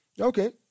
Okay